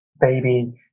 baby